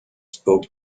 spoke